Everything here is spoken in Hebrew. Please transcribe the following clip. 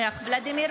נוכח ולדימיר